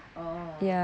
oh